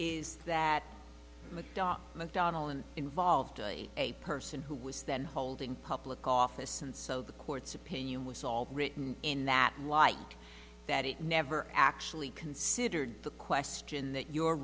da mcdonnell in involved a person who was then holding public office and so the court's opinion was all written in that light that it never actually considered the question that you